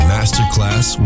Masterclass